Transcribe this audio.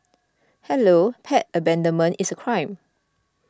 hello pet abandonment is a crime